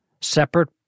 Separate